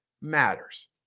matters